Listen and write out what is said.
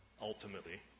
ultimately